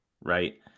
Right